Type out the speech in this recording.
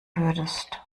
würdest